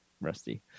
rusty